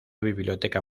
biblioteca